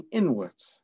inwards